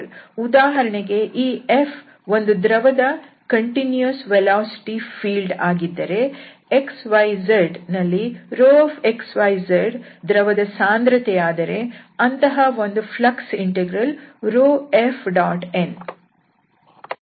ಉದಾಹರಣೆಗೆ ಈ F ಒಂದು ದ್ರವದ ಕಂಟಿನ್ಯೂಸ್ ವೆಲಾಸಿಟಿ ಫೀಲ್ಡ್ ಆಗಿದ್ದರೆ xyzನಲ್ಲಿ ρxyz ದ್ರವದ ಸಾಂದ್ರತೆಯಾದರೆ ಅಂತಹ ಒಂದು ಫ್ಲಕ್ಸ್ ಇಂಟೆಗ್ರಲ್ ρFn